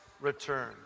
return